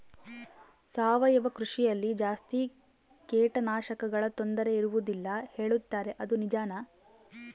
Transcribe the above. ಸಾವಯವ ಕೃಷಿಯಲ್ಲಿ ಜಾಸ್ತಿ ಕೇಟನಾಶಕಗಳ ತೊಂದರೆ ಇರುವದಿಲ್ಲ ಹೇಳುತ್ತಾರೆ ಅದು ನಿಜಾನಾ?